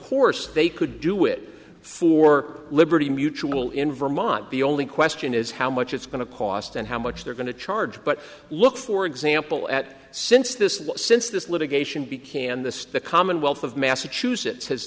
course they could do it for liberty mutual in vermont the only question is how much it's going to cost and how much they're going to charge but look for example at since this since this litigation be can the commonwealth of massachusetts